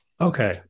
Okay